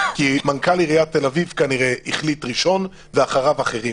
כי מנכ"ל עיריית תל אביב כנראה החליט ראשון ואחריו אחרים.